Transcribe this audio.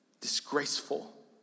Disgraceful